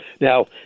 Now